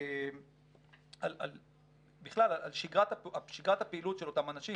על שגרת הפעילות של אותם אנשים,